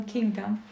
Kingdom